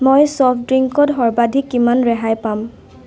মই ছফ্ট ড্ৰিংকত সৰ্বাধিক কিমান ৰেহাই পাম